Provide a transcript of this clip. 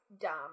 dumb